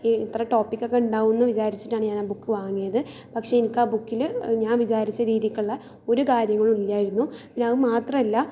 ഇത്ര ടോപ്പിക് ഒക്കെ ഉണ്ടാവുമെന്ന് വിചാരിച്ചിട്ടാണ് ഞാൻ ആ ബുക്ക് വാങ്ങിയത് പക്ഷെ എനിക്ക് ആ ബുക്കിൽ ഞാൻ വിചാരിച്ച രീതിക്കുള്ള ഒരു കാര്യങ്ങളും ഇല്ലായിരുന്നു പിന്നെ അത് മാത്രമല്ല